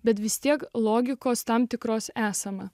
bet vis tiek logikos tam tikros esama